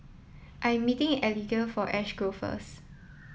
I'm meeting Elige at Ash Grove first